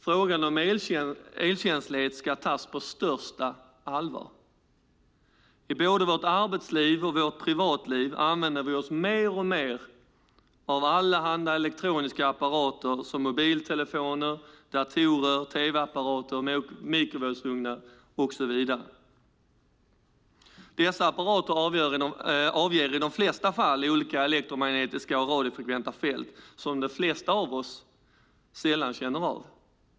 Frågan om elkänslighet ska tas på största allvar. I både vårt arbetsliv och vårt privatliv använder vi oss mer och mer av allehanda elektroniska apparater som mobiltelefoner, datorer, tv-apparater, mikrovågsugnar och så vidare. Dessa apparater avger i de flesta fall olika elektromagnetiska och radiofrekventa fält som de flesta av oss sällan känner av.